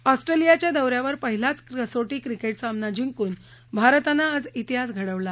ऑस्ट्रेलियाच्या दौ यावर पहिल्याच कसोटी क्रिकेट सामना जिंकून भारतानं आज तिहास घडवला